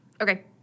Okay